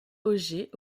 oger